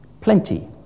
Plenty